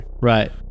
right